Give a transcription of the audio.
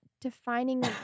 defining